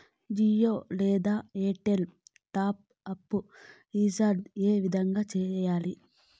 జియో లేదా Airtel top up recharge ఏ విధంగా సేయాలి